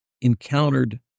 encountered